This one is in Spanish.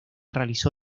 realizó